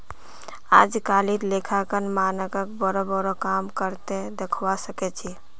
अजकालित लेखांकन मानकक बोरो बोरो काम कर त दखवा सख छि